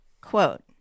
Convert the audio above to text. quote